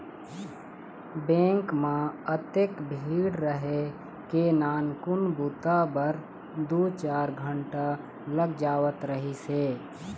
bank म अतेक भीड़ रहय के नानकुन बूता बर दू चार घंटा लग जावत रहिस हे